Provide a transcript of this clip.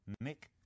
Nick